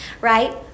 right